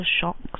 shocks